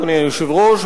אדוני היושב-ראש,